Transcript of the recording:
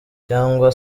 cyangwa